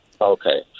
okay